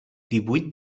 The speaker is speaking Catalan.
divuit